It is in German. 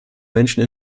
menschen